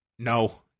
No